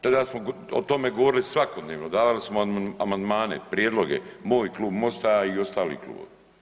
Tada smo o tome govorili svakodnevno, davali smo amandmane, prijedloge, moj Klub MOST-a i ostali klubovi.